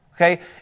okay